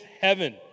heaven